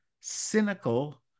cynical